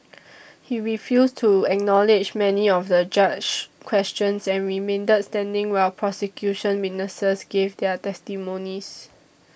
he refused to acknowledge many of the judge's questions and remained standing while prosecution witnesses gave their testimonies